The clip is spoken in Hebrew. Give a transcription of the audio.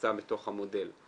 שנמצא בתוך המודל.